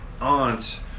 aunt